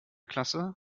klasse